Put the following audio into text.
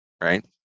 Right